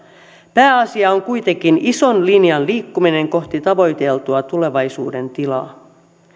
pääasia on kuitenkin ison linjan liikkuminen kohti tavoiteltua tulevaisuuden tilaa